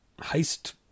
heist